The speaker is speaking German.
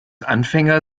anfänger